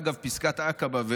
אגב פסגת עקבה,